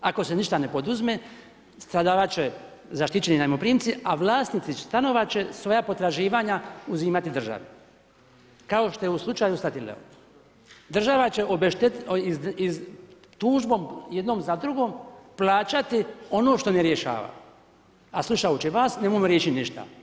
Ako se ništa ne poduzme stradavati će zaštićeni najmoprimci, a vlasnici stanova će svoja potraživanja uzimati državi, kao što je u slučaju … Država će obeštetiti, iz tužbom jednom za drugom, plaćati ono što ne rješava, a slušajući vas ne mogu riješiti ništa.